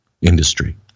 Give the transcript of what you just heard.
industry